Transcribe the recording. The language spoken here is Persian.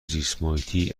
زیستمحیطی